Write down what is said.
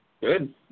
Good